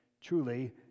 Truly